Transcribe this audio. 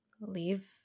Leave